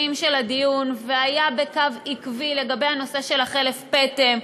של הדיון והיה בקו עקבי בנושא של החלף פטם,